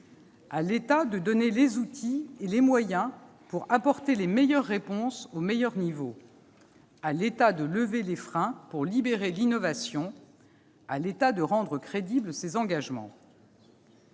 à l'État de donner les outils et les moyens pour apporter les meilleures réponses au meilleur niveau ; à l'État de lever les freins pour libérer l'innovation ; à l'État de rendre crédibles ses engagements.